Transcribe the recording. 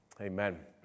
Amen